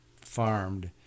farmed